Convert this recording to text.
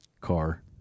car